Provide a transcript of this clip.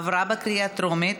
עברה בקריאה טרומית,